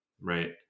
right